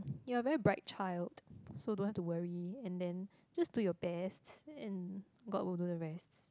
you're a very bright child so don't have to worry and then just do your best and god will do the rest